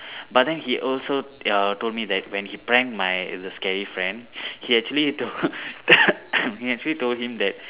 but then he also err told me that when he prank my the scary friend he actually told he actually told him that